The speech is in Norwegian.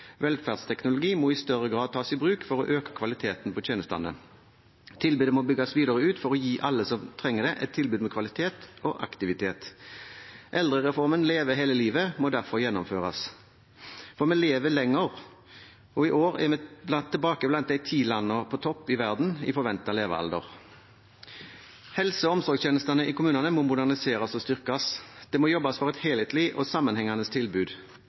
Velferdsteknologi må i større grad tas i bruk for å øke kvaliteten på tjenestene. Tilbudet må bygges videre ut for å gi alle som trenger det, et tilbud med kvalitet og aktivitet. Eldrereformen «Leve hele livet» må derfor gjennomføres, for vi lever lenger. Og i år er vi tilbake blant de ti landene på topp i verden i forventet levealder. Helse- og omsorgstjenestene i kommunene må moderniseres og styrkes. Det må jobbes for et helhetlig og sammenhengende tilbud